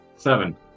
seven